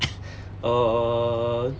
err